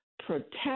protect